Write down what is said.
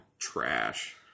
Trash